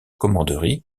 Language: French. commanderie